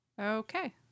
Okay